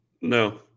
no